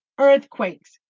Earthquakes